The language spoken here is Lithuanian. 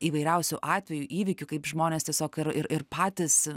įvairiausių atvejų įvykių kaip žmonės tiesiog ir ir ir patys